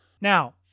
Now